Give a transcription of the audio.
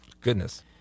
Goodness